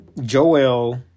Joel